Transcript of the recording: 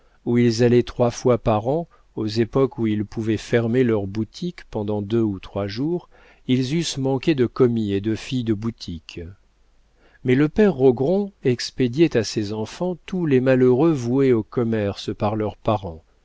où ils allaient trois fois par an aux époques où ils pouvaient fermer leur boutique pendant deux ou trois jours ils eussent manqué de commis et de filles de boutique mais le père rogron expédiait à ses enfants tous les malheureux voués au commerce par leurs parents